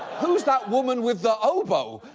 who's that woman with the oboe?